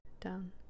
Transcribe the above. down